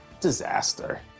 Disaster